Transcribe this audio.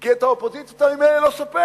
כי את האופוזיציה אתה ממילא לא סופר.